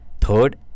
Third